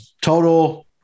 Total